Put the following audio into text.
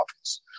office